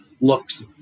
looks